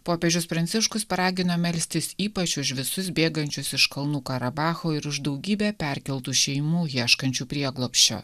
popiežius pranciškus paragino melstis ypač už visus bėgančius iš kalnų karabacho ir už daugybę perkeltų šeimų ieškančių prieglobsčio